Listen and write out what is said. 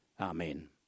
Amen